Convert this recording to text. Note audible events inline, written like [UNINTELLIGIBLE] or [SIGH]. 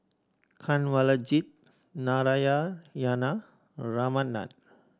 Kanwaljit [UNINTELLIGIBLE] Ramnath